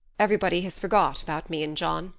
everybody has forgot about me and john.